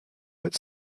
but